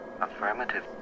Affirmative